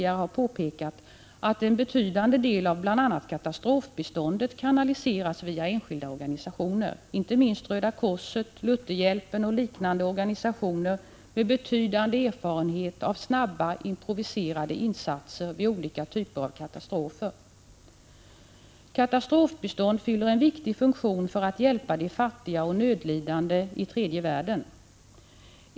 1985/86:117 tidigare, att en betydande del av bl.a. katastrofbiståndet kanaliseras via 16 april 1986 enskilda organisationer, inte minst Röda korset, Lutherhjälpen och liknande Katastrofbiståndet fyller en viktig funktion för att hjälpa de fattiga och de nödlidande i tredje världen.